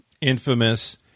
infamous